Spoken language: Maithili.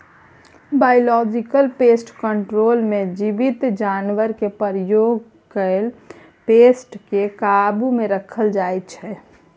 बायोलॉजिकल पेस्ट कंट्रोल मे जीबित जानबरकेँ प्रयोग कए पेस्ट केँ काबु मे राखल जाइ छै